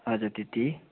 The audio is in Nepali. हजुर त्यति